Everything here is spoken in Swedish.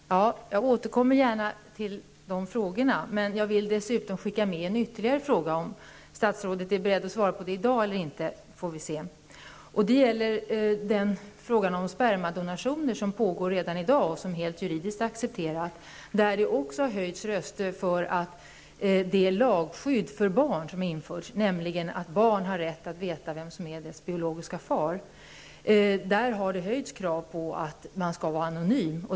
Fru talman! Jag återkommer gärna till dessa frågor. Jag vill dessutom skicka med en ytterligare fråga. Om statsrådet är beredd att svara på den i dag eller inte får vi se. Det gäller frågan om spermiadonationer som pågår redan i dag och som är juridiskt helt accepterat. Där har det höjts röster för det lagskydd för barnet som har införts, nämligen att barn har rätt att få veta vem som är dess biologiska far. Där har det ställts krav på att man skall få vara anonym.